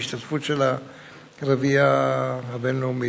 בהשתתפות של הרביעייה הבין-לאומית.